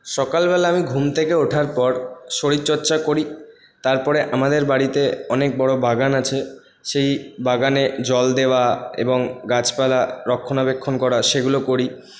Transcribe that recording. সকালবেলা আমি ঘুম থেকে ওঠার পর শরীরচর্চা করি তারপরে আমাদের বাড়িতে অনেক বড় বাগান আছে সেই বাগানে জল দেওয়া এবং গাছপালা রক্ষণাবেক্ষণ করা সেগুলো করি